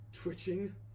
Twitching